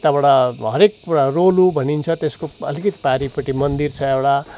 यताबाट हरेक कुरा रोलू भनिन्छ त्यसको अलिकति पारिपट्टि मन्दिर छ एउटा